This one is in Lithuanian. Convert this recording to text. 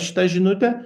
šita žinutė